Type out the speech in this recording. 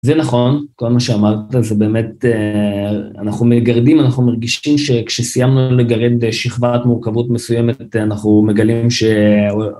זה נכון, כל מה שאמרת, זה באמת... אנחנו מגרדים, אנחנו מרגישים שכשסיימנו לגרד שכבת מורכבות מסוימת, אנחנו מגלים ש...